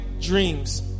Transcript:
dreams